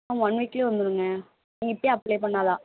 ஆ one வீக்லேயே வந்துடுங்க நீங்கள் இப்போயே அப்ளே பண்ணிணாதான்